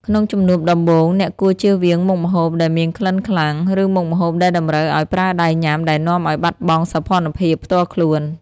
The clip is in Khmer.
ក្នុងជំនួបដំបូង អ្នកគួរចៀសវាងមុខម្ហូបដែលមានក្លិនខ្លាំង ឬមុខម្ហូបដែលតម្រូវឱ្យប្រើដៃញ៉ាំដែលនាំឱ្យបាត់បង់សោភ័ណភាពផ្ទាល់ខ្លួន។